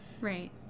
right